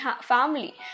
family